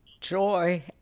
Joy